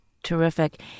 Terrific